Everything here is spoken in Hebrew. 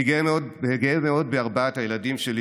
אני גאה מאוד בארבעת הילדים שלי,